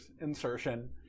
insertion